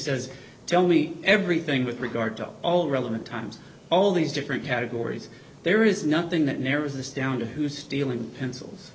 says tell me everything with regard to all relevant times all these different categories there is nothing that narrows this down to who's dealing pencils